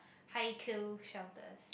high kill shelters